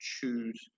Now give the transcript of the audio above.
choose